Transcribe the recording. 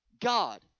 God